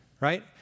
Right